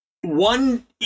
one